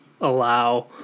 Allow